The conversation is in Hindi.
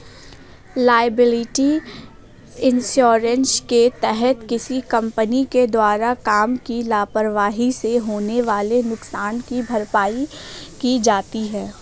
लायबिलिटी इंश्योरेंस के तहत किसी कंपनी के द्वारा काम की लापरवाही से होने वाले नुकसान की भरपाई की जाती है